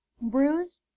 bruised